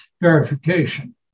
verification